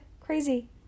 Crazy